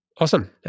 awesome